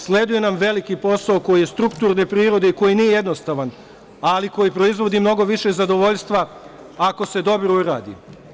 Sleduje nam veliki posao koji je strukturne prirode i koji nije jednostavan, ali koji proizvodi mnogo više zadovoljstva ako se dobro uradi.